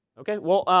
ok, well,